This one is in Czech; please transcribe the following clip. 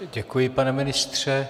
Děkuji, pane ministře.